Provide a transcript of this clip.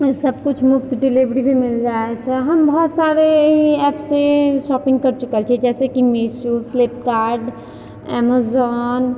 सब किछु मुफ्त डिलीवरी भी मिल जाय छै हम बहुत सारे ई ऐप से शॉपिंग करि चुकल छियै जैसे कि मिसू फ्लिप्कार्ड अमेजन